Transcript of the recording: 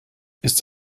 ist